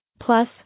Plus